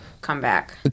comeback